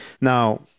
now